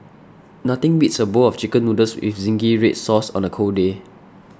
nothing beats a bowl of Chicken Noodles with Zingy Red Sauce on a cold day